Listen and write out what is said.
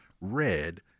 red